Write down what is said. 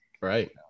Right